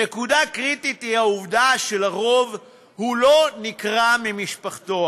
נקודה קריטית היא העובדה שלרוב הוא לא נקרע ממשפחתו.